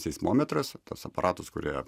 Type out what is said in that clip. seismometras tuos aparatus kurie